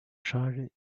child